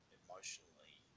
emotionally